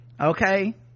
Okay